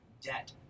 debt